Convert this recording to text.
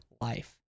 life